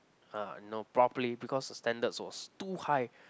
ah no properly because the standards was too high